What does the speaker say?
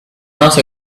not